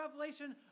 revelation